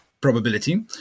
probability